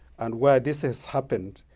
and while this has happened,